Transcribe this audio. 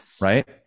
Right